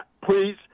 please